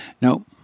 No